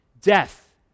death